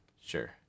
Sure